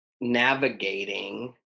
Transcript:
navigating